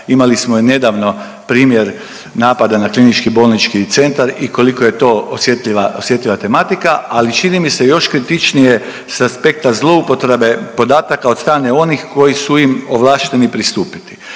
imali smo je nedavno primjer napada na KBC i koliko je to osjetljiva, osjetljiva tematika ali čini mi se još kritičnije sa aspekta zloupotrebe podataka od strane onih koji su im ovlašteni pristupiti.